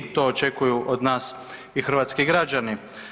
To očekuju od nas i hrvatski građani.